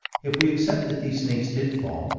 if we accept that these snakes did fall,